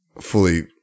fully